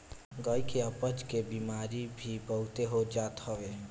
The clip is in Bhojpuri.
गाई के अपच के बेमारी भी बहुते हो जात हवे